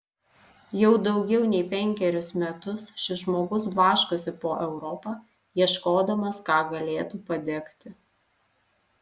jau daugiau nei penkerius metus šis žmogus blaškosi po europą ieškodamas ką galėtų padegti